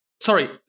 Sorry